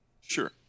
Sure